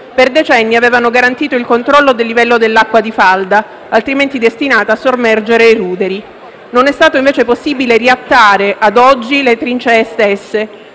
per decenni avevano garantito il controllo del livello dell'acqua di falda, altrimenti destinata a sommergere i ruderi. Non è stato invece possibile riattare, ad oggi, le trincee stesse,